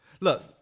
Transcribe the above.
Look